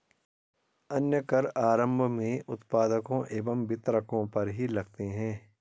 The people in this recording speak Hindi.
अन्य कर आरम्भ में उत्पादकों एवं वितरकों पर ही लगते हैं